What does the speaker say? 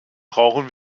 brauchen